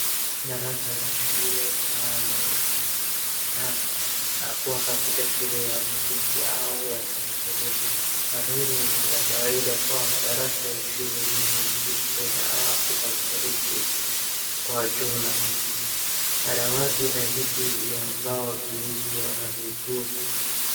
Darasa la shule linaloonekana na kuwa katika shule ya msingi au ya secondary. Mandhari ni ya kawaida kuwa madara ya shule nyingi nchini Kenya au Africa mashariki kwa jumla. madawati na viti vya mbao vilivyo na mguu.